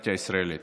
בדמוקרטיה הישראלית.